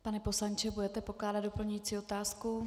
Pane poslanče, budete pokládat doplňující otázku?